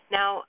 Now